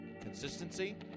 consistency